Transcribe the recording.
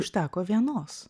užteko vienos